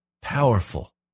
powerful